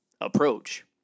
approach